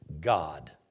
God